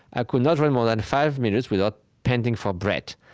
i could not run more than five minutes without panting for breath.